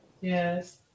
Yes